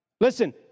Listen